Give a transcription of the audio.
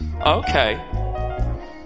Okay